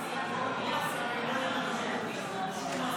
משום מה שר האוצר מחפש מתחת לשולחן.